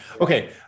Okay